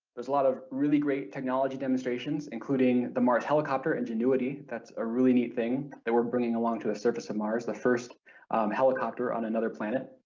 there's a lot of really great technology demonstrations including the mars helicopter ingenuity, that's a really neat thing that we're bringing along to the surface of mars, the first helicopter on another planet.